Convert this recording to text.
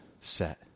set